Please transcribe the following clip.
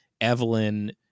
Evelyn